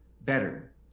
better